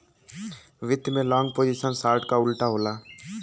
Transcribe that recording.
वित्त में long position short क उल्टा होला